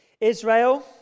Israel